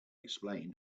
explain